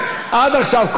עד עכשיו,